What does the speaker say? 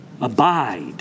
Abide